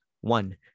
One